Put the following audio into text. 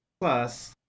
plus